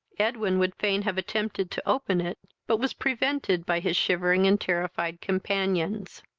edwin would fain have attempted to open it, but was prevented by his shivering and terrified companions.